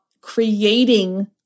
creating